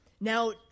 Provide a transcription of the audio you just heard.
Now